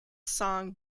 song